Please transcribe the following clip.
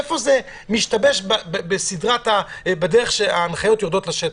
איפה זה משתבש בדרך כשההנחיות יורדות לשטח?